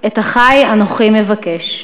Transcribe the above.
"את אחי אנוכי מבקש",